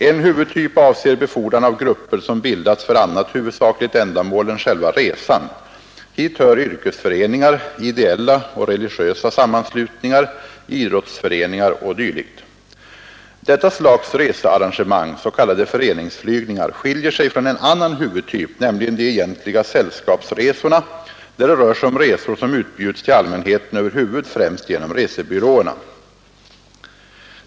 En huvudtyp avser befordran av grupper som bildats för annat huvudsakligt ändamål än själva resan. Hit hör yrkesföreningar, ideella och religiösa sammanslutningar, idrottsföreningar o. d. Detta slags researrangemang — s.k. föreningsflygningar — skiljer sig från en annan huvudtyp, nämligen de egentliga sällskapsresorna där det rör sig om resor som utbjuds till allmänheten över huvud, främst genom resebyråerna.